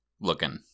looking